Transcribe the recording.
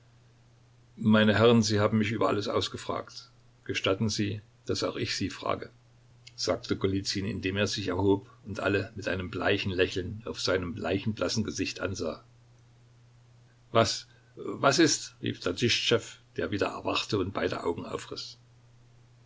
meine herren sie haben mich über alles ausgefragt gestatten sie daß auch ich sie frage sagte golizyn indem er sich erhob und alle mit einem bleichen lächeln auf seinem leichenblassen gesicht ansah was was ist rief tatischtschew der wieder erwachte und beide augen